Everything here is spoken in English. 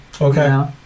Okay